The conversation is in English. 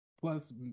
plus